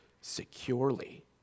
securely